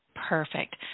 Perfect